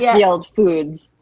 yeah yeilds foods.